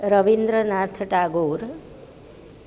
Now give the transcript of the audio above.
Rabindranath Tagore